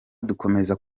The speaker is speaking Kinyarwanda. dukomeze